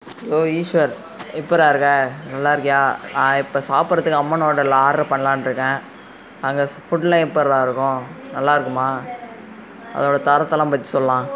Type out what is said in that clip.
hello Eshwar எப்பிடி இருக்கே நல்லா இருக்கியா நான் இப்போ சாப்புடுறதுக்கு அம்மன் ஹோட்டலில் ஆர்டர் பண்ணலான்ட்டு இருக்கேன் அங்கே ஸ் ஃபுட்டெலாம் எப்பிடி இருக்கும் நல்லா இருக்குமா அதோடய தரத்தை எல்லாம் பற்றி சொல்லேன்